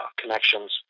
connections